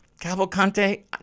Cavalcante